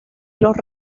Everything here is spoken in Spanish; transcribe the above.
los